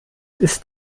ist